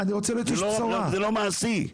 זה לא מעשי.